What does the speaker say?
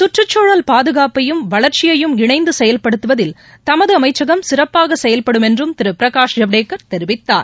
சுற்றுச்சூழல் பாதுகாப்பையும் வளர்ச்சியையும் இணைந்து செயல்படுத்துவதில் தமது அமைச்சகம் சிறப்பாக செயல்படும் என்றும் திரு பிரகாஷ் ஜவ்டேகர் தெரிவித்தார்